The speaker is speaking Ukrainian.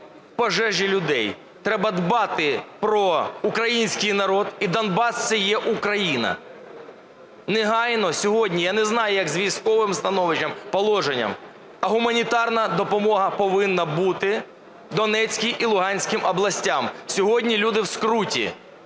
пожежі людей, треба дбати про український народ і Донбас – це є Україна. Негайно сьогодні… Я не знаю, як з військовим положенням, а гуманітарна допомога повинна бути Донецькій і Луганській областям, сьогодні люди в скруті.